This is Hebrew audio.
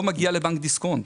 לא מגיע לבנק דיסקונט.